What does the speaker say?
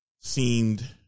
seemed